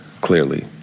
clearly